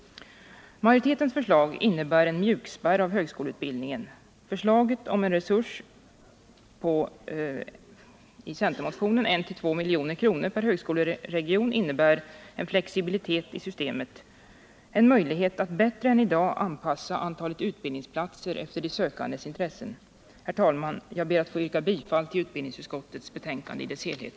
Majoritetens förslag innebär en mjukspärr av högskoleutbildningen. Förslaget i centermotionen om en resurs på 1-2 milj.kr. per högskoleregion innebär en flexibilitet i systemet, en möjlighet att bättre än i dag anpassa antalet utbildningsplatser efter de sökandes intressen. Herr talman! Jag ber att få yrka bifall till utbildningsutskottets förslag i dess helhet.